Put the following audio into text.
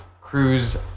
cruise